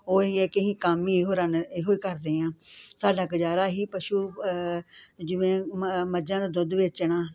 ਉਹ ਅਸੀਂ ਇੱਕ ਹੀ ਕੰਮ ਹੀ ਇਹੋ ਰਨ ਇਹੋ ਹੀ ਕਰਦੇ ਹਾਂ ਸਾਡਾ ਗੁਜ਼ਾਰਾ ਹੀ ਪਸ਼ੂ ਜਿਵੇਂ ਮ ਮੱਝਾਂ ਦਾ ਦੁੱਧ ਵੇਚਣਾ